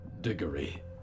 Diggory